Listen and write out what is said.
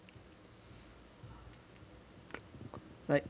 like